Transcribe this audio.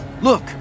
Look